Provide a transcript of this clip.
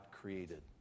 created